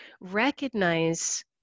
recognize